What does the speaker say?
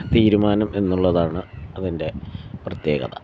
തീരുമാനം എന്നുള്ളതാണ് അതിൻ്റെ പ്രത്യേകത